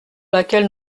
laquelle